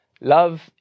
Love